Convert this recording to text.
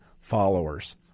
followers